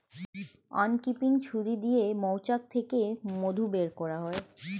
uncapping ছুরি দিয়ে মৌচাক থেকে মধু বের করা হয়